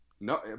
No